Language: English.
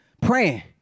praying